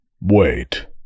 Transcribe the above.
Wait